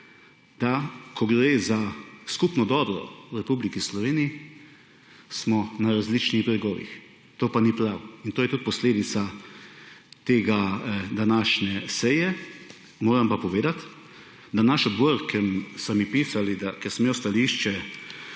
da ko gre za skupno dobro v Republiki Sloveniji, smo na različnih bregovih, to pa ni prav in to je tudi posledica te današnje seje. Moram pa povedati, da naš odbor, ker so mi pisali, ko sem imel stališče